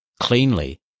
Cleanly